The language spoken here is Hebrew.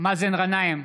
מאזן גנאים,